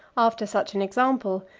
after such an example,